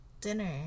dinner